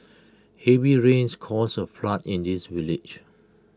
heavy rains caused A flood in this village